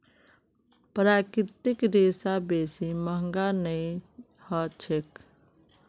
प्राकृतिक रेशा बेसी महंगा नइ ह छेक